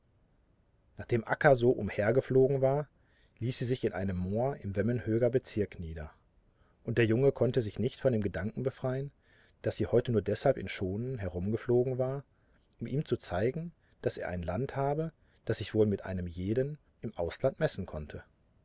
nachdem akka so umhergeflogen war ließ sie sich in einem moor im vemmenhöger bezirk nieder und der junge konnte sich nicht von dem gedankenbefreien daßsieheutenurdeshalbinschonenherumgeflogenwar um ihm zu zeigen daß er ein land habe das sich wohl mit einem jeden im ausland messen konnte